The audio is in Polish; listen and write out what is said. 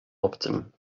obcym